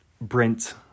Brent